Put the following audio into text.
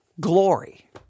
glory